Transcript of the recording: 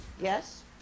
Yes